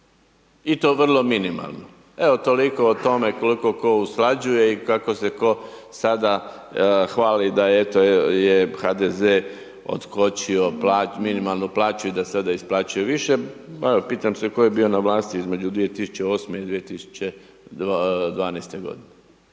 i to vrlo minimalno, evo toliko o tome koliko ko usklađuje i kako se ko sada hvali da eto je HDZ otkočio minimalnu plaću i sada isplaćuje više. Pitam se tko je bio na vlasti između 2008. i 2012. godine.